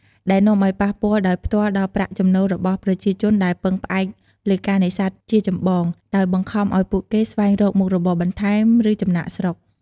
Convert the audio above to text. ដែលនាំអោយប៉ះពាល់ដោយផ្ទាល់ដល់ប្រាក់ចំណូលរបស់ប្រជាជនដែលពឹងផ្អែកលើការនេសាទជាចម្បង ហើយបង្ខំឱ្យពួកគេស្វែងរកមុខរបរបន្ថែម ឬចំណាកស្រុក។